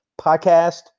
podcast